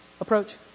approach